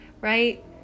Right